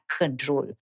control